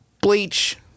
bleach